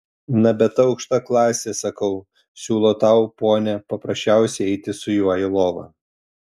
na bet ta aukšta klasė sakau siūlo tau ponia paprasčiausiai eiti su juo į lovą